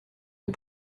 des